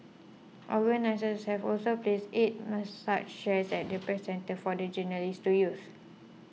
organisers have also placed eight massage chairs at the Press Centre for the journalists to use